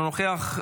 אינו נוכח.